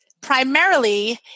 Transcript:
primarily